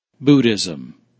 Buddhism